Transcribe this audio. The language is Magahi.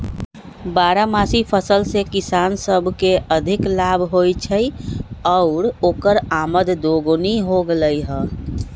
बारहमासी फसल से किसान सब के अधिक लाभ होई छई आउर ओकर आमद दोगुनी हो गेलई ह